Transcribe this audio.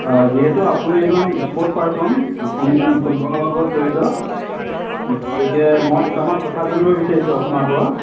যিহেতু আপুনি এজন স্প'ৰ্ট পাৰচন আপুনি ফুটবলৰ লগত জড়িত গতিকে মই দুটামান কথা জানিব বিচাৰিছোঁ আপোনাৰ পৰা